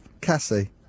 Cassie